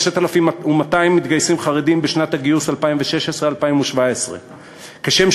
5,200 מתגייסים חרדים בשנת הגיוס 2016 2017. כשם